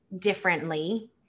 differently